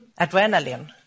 adrenaline